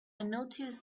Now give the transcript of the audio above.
noticed